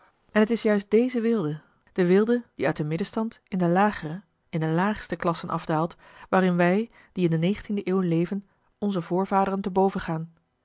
en het is juist deze weelde de weelde die uit den middenstand in de lagere in de laagste klassen afdaalt waarin wij die in de de eeuw leven onze voorvaderen te boven gaan